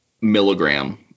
milligram